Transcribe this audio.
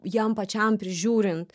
jam pačiam prižiūrint